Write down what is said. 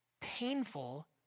painful